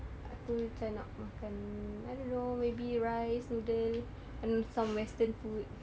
aku macam nak makan I don't know maybe rice noodle and some western food